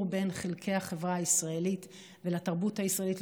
בין חלקי החברה הישראלית ולתרבות הישראלית.